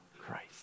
Christ